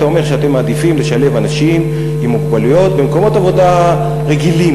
אתה אומר שאתם מעדיפים לשלב אנשים עם מוגבלויות במקומות עבודה רגילים,